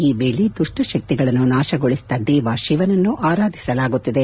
ಈ ವೇಳೆ ದುಷ್ಟ ಶಕ್ತಿಗಳನ್ನು ನಾಶಗೊಳಿಸಿದ ದೇವ ತಿವನನ್ನು ಆರಾಧಿಸಲಾಗುತ್ತಿದೆ